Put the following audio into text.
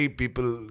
people